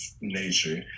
nature